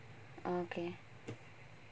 okay